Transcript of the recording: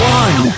one